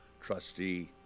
Trustee